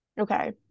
Okay